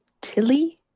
Tilly